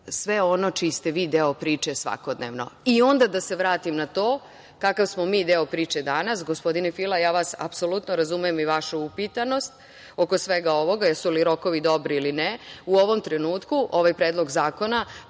sve ono čiji ste vi deo priče svakodnevno. Onda da se vratim na to kakav smo mi deo priče danas. Gospodine Fila, ja vas apsolutno razumem i vašu upitanost oko svega ovoga, jesu li rokovi dobri ili ne. U ovom trenutku ovaj Predlog zakona